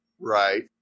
Right